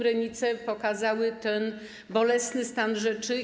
Renice pokazały ten bolesny stan rzeczy.